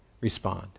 respond